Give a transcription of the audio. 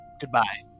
Goodbye